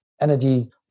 energy